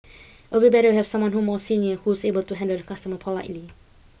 it'll be better to have someone more senior who's able to handle the customer politely